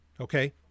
Okay